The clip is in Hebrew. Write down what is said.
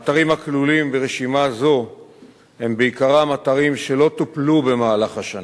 1 2. האתרים הכלולים ברשימה זאת הם בעיקרם אתרים שלא טופלו במהלך השנים.